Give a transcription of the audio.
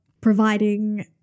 providing